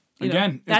Again